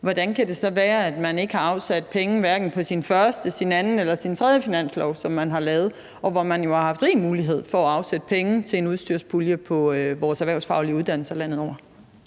hvordan kan det så være, at man hverken har afsat penge på sin første, sin anden eller sin tredje finanslov, som man har lavet, og hvor man jo har haft rig mulighed for at afsætte penge til en udstyrspulje på vores erhvervsfaglige uddannelser landet over?